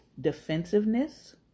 defensiveness